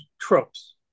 tropes